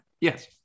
yes